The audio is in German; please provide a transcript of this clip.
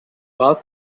war